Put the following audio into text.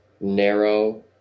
narrow